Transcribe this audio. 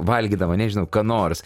valgydama nežinau ką nors